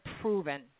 proven